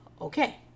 Okay